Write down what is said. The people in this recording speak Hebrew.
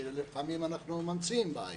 ולפעמים אנחנו ממציאים בעיות,